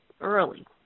early